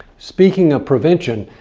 speaking of prevention,